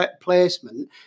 placement